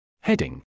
Heading